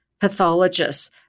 pathologists